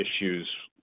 issues